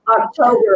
October